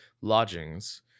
lodgings